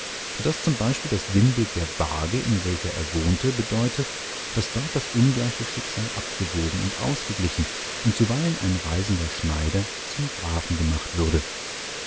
so daß z b das sinnbild der waage in welcher er wohnte bedeute daß dort das ungleiche schicksal abgewogen und ausgeglichen und zuweilen ein reisender schneider zum grafen gemacht würde